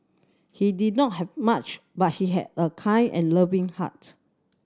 he did not have much but he had a kind and loving heart